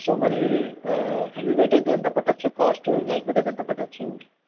so మరి heavyweight అయితే ఎంత పట్టచ్చు కాస్ట్ లైట్వెయిట్ అయితే ఎంత పట్టచ్చు